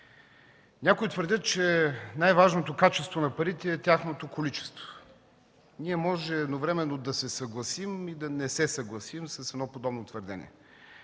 Някои твърдят, че най-важното качество на парите е тяхното количество. Ние можем едновременно да се съгласим и да не се съгласим с подобно твърдение,